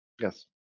Yes